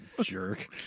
jerk